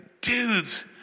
dudes